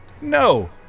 No